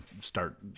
start